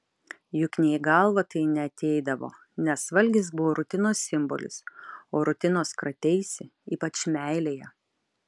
juk nė į galvą tai neateidavo nes valgis buvo rutinos simbolis o rutinos krateisi ypač meilėje